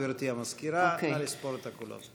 גברתי המזכירה, נא לספור את הקולות.